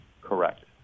Correct